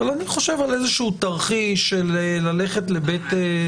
אבל אני חושב על איזה שהוא תרחיש של ללכת לבית המשפט,